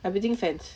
everything fenced